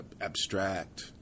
abstract